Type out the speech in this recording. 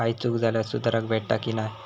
काही चूक झाल्यास सुधारक भेटता की नाय?